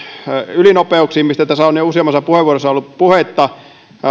ylinopeuksiin joista tässä on jo useammassa puheenvuorossa ollut puhetta